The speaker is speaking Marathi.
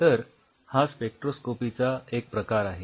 तर हा स्पेक्ट्रोस्कोपीचा एक प्रकार आहे